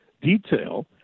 detail